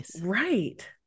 Right